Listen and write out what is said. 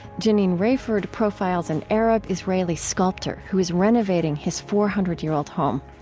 janine rayford profiles and arab israeli sculptor who is renovating his four hundred year old home.